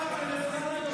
בוקר טוב, אליהו.